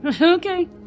Okay